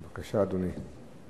בבקשה, אדוני.